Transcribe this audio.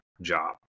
job